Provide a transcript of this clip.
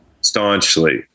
Staunchly